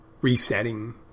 resetting